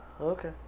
okay